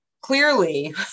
clearly